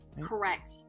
Correct